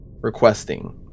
requesting